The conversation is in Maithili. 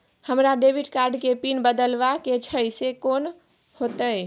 हमरा डेबिट कार्ड के पिन बदलवा के छै से कोन होतै?